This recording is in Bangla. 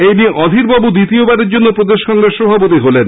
এই নিয়ে অধীরবাবু দ্বিতীয়বারের জন্য প্রদেশ কংগ্রেস সভাপতি হলেন